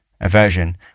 Aversion